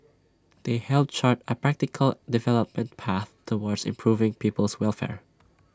they help chart A practical development path towards improving people's welfare